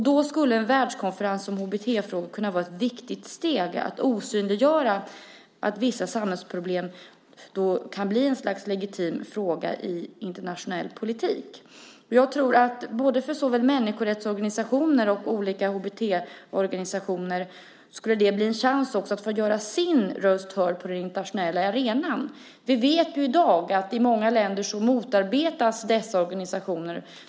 Då skulle en världskonferens om HBT-frågor kunna vara ett viktigt steg att synliggöra att vissa samhällsproblem kan bli ett slags legitim fråga i internationell politik. Jag tror att för både människorättsorganisationer och olika HBT-organisationer skulle det ge en chans att göra sin röst hörd på den internationella arenan. Vi vet i dag att i många länder motarbetas dessa organisationer.